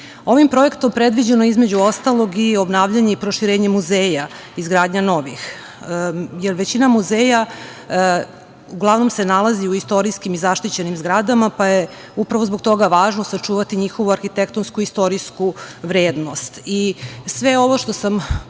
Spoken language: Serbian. Ovim projektom je predviđeno i obnavljanje i proširenje muzeja, izgradnja novih, jer većina muzeja uglavnom se nalazi u istorijskim i zaštićenim zgradama, pa je upravo zbog toga važno sačuvati njihovu arhitektonsku i istorijsku vrednost. Sve